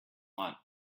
want